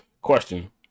question